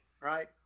right